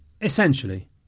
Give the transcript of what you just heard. essentially